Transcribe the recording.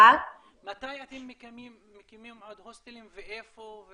מקימים עוד הוסטלים ואיפה?